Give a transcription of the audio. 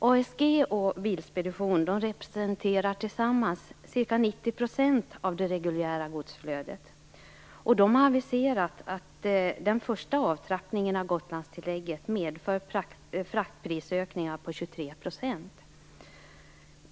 ASG och Bilspedition representerar tillsammans ca 90 % av det reguljära godsflödet. De har aviserat att den första avtrappningen av Gotlandstillägget medför fraktprisökningar på 23 %.